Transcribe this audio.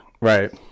Right